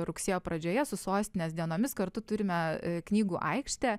rugsėjo pradžioje su sostinės dienomis kartu turime knygų aikštę